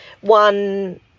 One